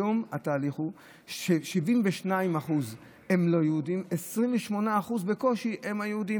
היום התהליך הוא ש-72% הם לא יהודים ובקושי 28% הם יהודים.